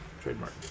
Trademark